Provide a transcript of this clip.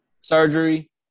surgery